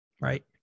right